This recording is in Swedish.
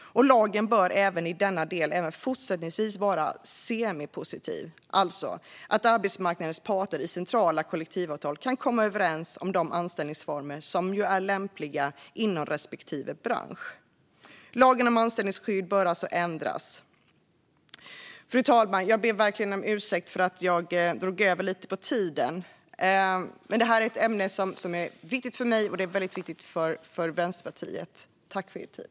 Lagen bör även i denna del fortsättningsvis vara semidispositiv, alltså att arbetsmarknadens parter i centrala kollektivavtal kan komma överens om de anställningsformer som är lämpliga inom respektive bransch. Lagen om anställningsskydd bör alltså ändras. Fru talman! Jag ber verkligen om ursäkt för att jag drog över lite på tiden, men detta är ett ämne som är viktigt för mig och för Vänsterpartiet. Tack för er tid!